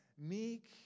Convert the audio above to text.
Meek